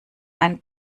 einen